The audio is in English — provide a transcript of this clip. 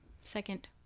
Second